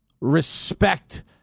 respect